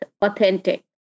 authentic